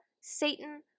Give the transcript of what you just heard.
Satan